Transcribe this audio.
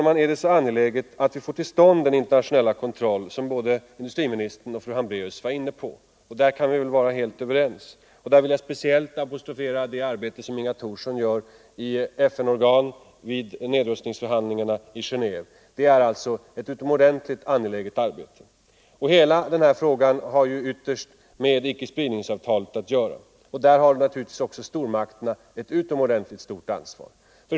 Men det är angeläget att vi får till stånd den internationella kontroll som både industriministern och fru Hambraeus var inne på. Där kan vi väl vara helt överens. Jag vill speciellt apostrofera det arbete som Inga Thorsson gör i FN organet vid nedrustningsförhandlingarna i Genéve. Det är ett utomordentligt angeläget arbete. Hela denna fråga har ytterst med icke-spridningsavtalet att göra. Stormakterna har naturligtvis ett utomordentligt stort ansvar.